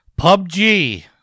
PUBG